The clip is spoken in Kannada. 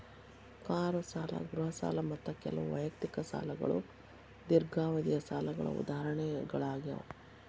ಕಾರು ಸಾಲ ಗೃಹ ಸಾಲ ಮತ್ತ ಕೆಲವು ವೈಯಕ್ತಿಕ ಸಾಲಗಳು ದೇರ್ಘಾವಧಿಯ ಸಾಲಗಳ ಉದಾಹರಣೆಗಳಾಗ್ಯಾವ